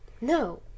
no